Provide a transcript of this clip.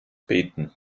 beten